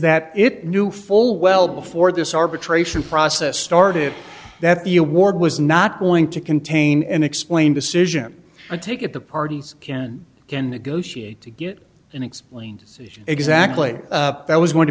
that it knew full well before this arbitration process started that the award was not going to contain an explain decision i take it the parties can and can negotiate to get and explains exactly that was going to